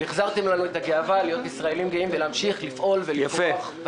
והחזרתם לנו את הגאווה להיות ישראלים גאים ולהמשיך לפעול ולפרוח.